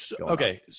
Okay